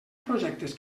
projectes